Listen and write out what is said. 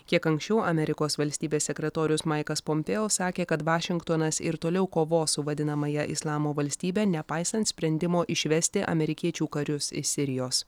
kiek anksčiau amerikos valstybės sekretorius maikas pompeo sakė kad vašingtonas ir toliau kovos su vadinamąja islamo valstybe nepaisant sprendimo išvesti amerikiečių karius iš sirijos